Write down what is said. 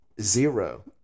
Zero